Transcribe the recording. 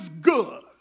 good